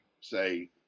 say